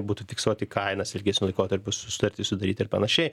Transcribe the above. būtų fiksuoti kainas ilgesniu laikotarpiu sutartį sudaryt ir panašiai